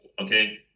okay